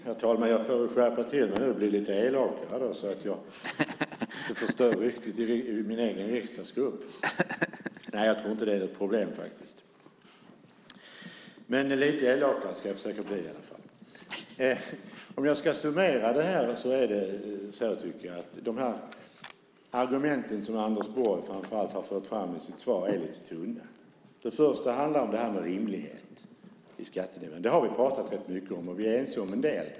Herr talman! Jag får väl skärpa till mig nu och bli lite elakare så att jag får ett bättre rykte i min egen riksdagsgrupp. Nej, jag tror inte att det är något problem. Men lite elakare ska jag försöka bli. Om jag ska summera det här tycker jag att de argument som Anders Borg framför allt har fört fram i sitt svar är lite tunna. Det första handlar om rimlighet i skattenivåerna. Det har vi pratat rätt mycket om, och vi är ense om en del.